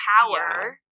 power